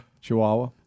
chihuahua